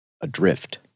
adrift